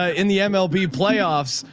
ah in the mlb playoffs.